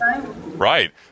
Right